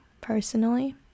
personally